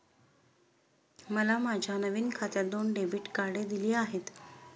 मला माझ्या नवीन खात्यात दोन डेबिट कार्डे दिली आहेत